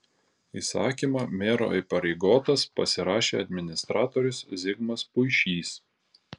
įsakymą mero įpareigotas pasirašė administratorius zigmas puišys